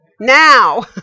Now